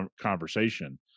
conversation